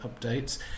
updates